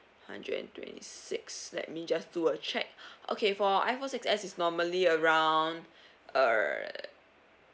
hundred and twenty six let me just do a check okay for iphone six s is normally around err